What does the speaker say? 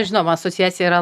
žinoma asociacija yra